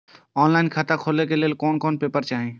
Online खाता खोले के लेल कोन कोन पेपर चाही?